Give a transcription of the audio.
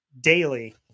daily